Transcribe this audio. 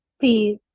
see